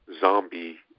zombie